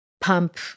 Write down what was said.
pump